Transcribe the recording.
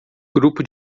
grupo